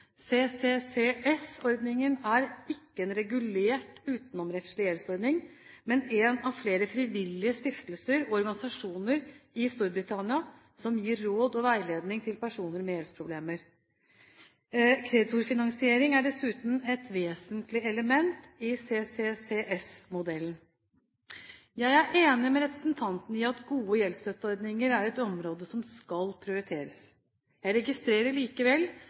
CCCS-ordningen er ikke en regulert utenomrettslig gjeldsordning, men en av flere frivillige stiftelser og organisasjoner i Storbritannia som gir råd og veiledning til personer med gjeldsproblemer. Kreditorfinansiering er dessuten et vesentlig element i CCCS-modellen. Jeg er enig med representantene i at gode gjeldsstøtteordninger er et område som skal prioriteres. Jeg registrerer likevel